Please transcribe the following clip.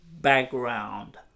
background